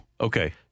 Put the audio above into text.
Okay